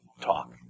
talk